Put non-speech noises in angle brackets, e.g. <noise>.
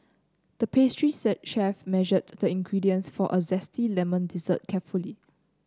the pastry <unintelligible> chef measured the ingredients for a zesty lemon dessert carefully